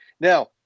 Now